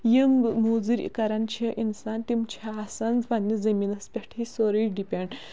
یِم موٚضورۍ کران چھِ اِنسان تِم چھِ آسان پَنٕنِس زٔمیٖن پٮ۪ٹھٕے سورٕے ڈِپینڑ